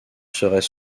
serait